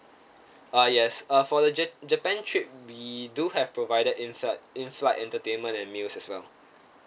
uh yes uh for the ja~ japan trip we do have provided in flight in flight entertainment and meals as well